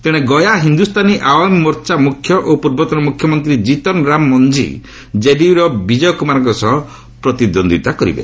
ତେଣେ ଗୟା ହିନ୍ଦ୍ରସ୍ତାନୀ ଆଓ୍ୱାମ୍ ମୋର୍ଚ୍ଚା ମୁଖ୍ୟ ଓ ପୂର୍ବତନ ମୁଖ୍ୟମନ୍ତ୍ରୀ ଜିତନ୍ ରାମ ମନ୍ଝୀ ଜେଡିୟୂର ବିଜୟ କୁମାରଙ୍କ ସହ ପ୍ରତିଦୃନ୍ଦିତା କରିବେ